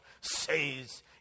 says